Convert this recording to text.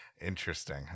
Interesting